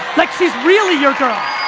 like she's really your girl?